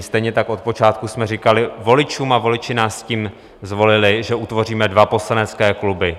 Stejně tak od počátku jsme říkali voličům, a voliči nás s tím zvolili, že utvoříme dva poslanecké kluby.